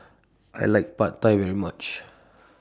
I like Pad Thai very much